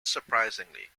surprisingly